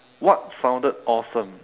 what sounded awesome